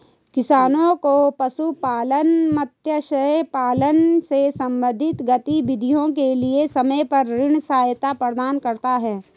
किसानों को पशुपालन, मत्स्य पालन से संबंधित गतिविधियों के लिए समय पर ऋण सहायता प्रदान करता है